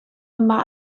yma